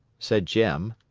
said jim.